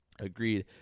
Agreed